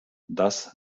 das